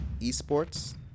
esports